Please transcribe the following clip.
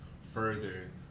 further